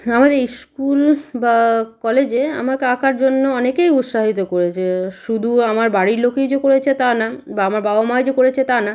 হ্যাঁ আমাদের স্কুল বা কলেজে আমাকে আঁকার জন্য অনেকেই উৎসাহিত করেছে শুধু আমার লোকেই যে করেছে তা না বা আমার বাবা মাই যে করেছে তা না